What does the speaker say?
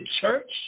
church